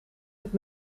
het